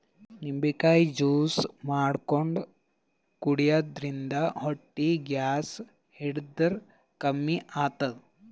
ನಿಂಬಿಕಾಯಿ ಜ್ಯೂಸ್ ಮಾಡ್ಕೊಂಡ್ ಕುಡ್ಯದ್ರಿನ್ದ ಹೊಟ್ಟಿ ಗ್ಯಾಸ್ ಹಿಡದ್ರ್ ಕಮ್ಮಿ ಆತದ್